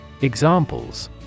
Examples